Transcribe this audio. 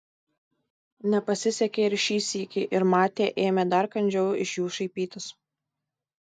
nepasisekė ir šį sykį ir matė ėmė dar kandžiau iš jų šaipytis